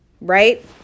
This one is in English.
Right